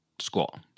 school